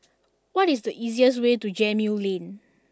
what is the easiest way to Gemmill Lane